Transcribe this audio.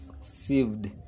saved